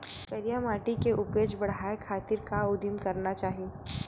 करिया माटी के उपज बढ़ाये खातिर का उदिम करना चाही?